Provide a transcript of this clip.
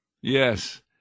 Yes